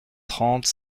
trente